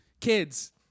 kids